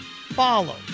follow